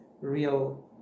real